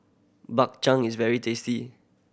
Bak Chang is very tasty